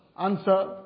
answer